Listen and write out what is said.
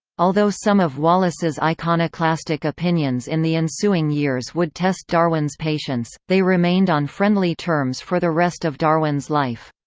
although some of wallace's iconoclastic opinions in the ensuing years would test darwin's patience, they remained on friendly terms for the rest of darwin's life.